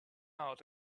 out